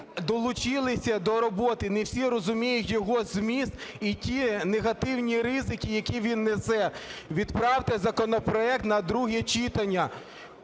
долучилися до роботи, не всі розуміють його зміст і ті негативні ризики, які він несе. Відправте законопроект на друге читання.